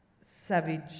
savage